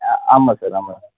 ஆமாம் சார் ஆமாம்